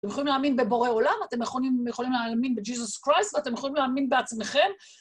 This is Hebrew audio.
אתם יכולים להאמין בבורא עולם, אתם יכולים יכולים להאמין בג'יזוס קריסט ואתם יכולים להאמין בעצמכם.